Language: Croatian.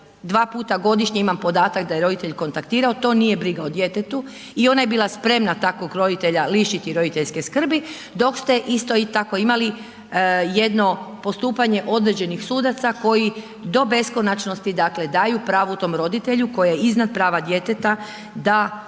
dva puta godišnje, imam podatak da je roditelj kontaktirao, to nije briga o djetetu i ona je bila spremna takvog roditelja lištiti roditeljske skrbi, dok ste isto tako imali, jedno postupanje određenih sudaca, koji do beskonačnosti, dakle, daju pravo tom roditelju, koji je iznad prava djeteta, da